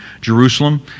Jerusalem